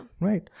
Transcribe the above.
Right